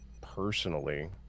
personally